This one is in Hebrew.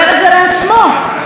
הצעת החוק נתקעה.